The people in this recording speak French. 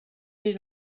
les